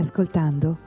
Ascoltando